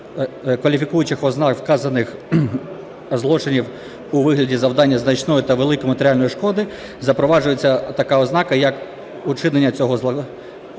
кваліфікуючих ознак вказаних злочинів у вигляді завдання значної та великої матеріальної шкоди запроваджується така ознака як учинення цього злочину